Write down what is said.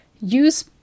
use